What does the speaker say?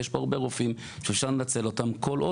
יש פה הרבה רופאים שאפשר לנצל אותם כל עוד